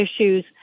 issues